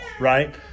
right